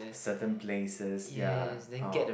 certain places ya or